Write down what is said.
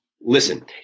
Listen